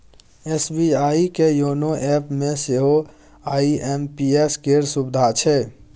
SBI के YONO एपमे सेहो आई.एम.पी.एस केर सुविधा छै